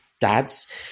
dads